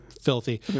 filthy